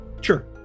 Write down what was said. Sure